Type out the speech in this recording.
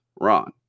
Ron